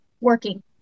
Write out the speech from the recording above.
working